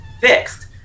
fixed